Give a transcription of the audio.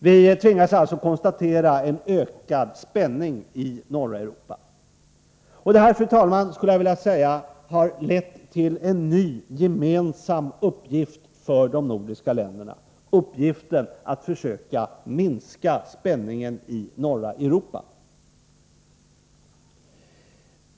Vi tvingas alltså konstatera en ökad spänning i norra Europa. Jag skulle vilja säga, fru talman, att detta har lett till en ny gemensam uppgift för de nordiska länderna — uppgiften att försöka minska spänningen i norra Europa.